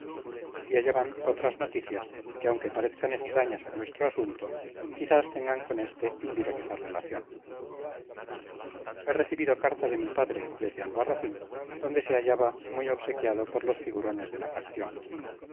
y allá van otras noticias que aunque parezcan extrañas a nuestro asunto quizás tengan con éste indirecta relación he recibido carta de mi padre desde albarracín donde se hallaba muy obsequiado por los figurones de la facción